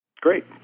Great